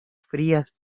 frías